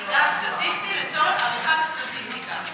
מסמיך לקבל מידע סטטיסטי לצורך עריכת סטטיסטיקה.